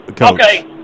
Okay